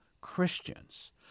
Christians